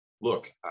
Look